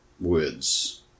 words